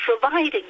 providing